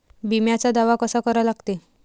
बिम्याचा दावा कसा करा लागते?